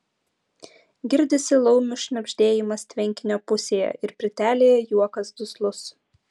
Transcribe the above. girdisi laumių šnabždėjimas tvenkinio pusėje ir pirtelėje juokas duslus